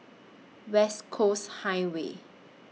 West Coast Highway